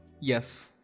Yes